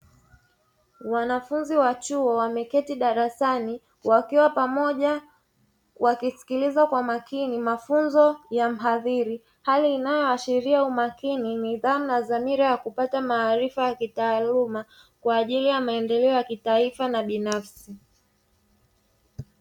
Wanafunzi wa chuo wameketi darasani wakiwa pamoja wakisikiliza kwa makini mafunzo ya mhadhiri, hali inayoashiria umakini, nidhamu na dhamira ya kupata maarifa ya kitaaluma kwa ajili ya maendeleo ya kitaifa na binafsi.